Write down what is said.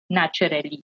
naturally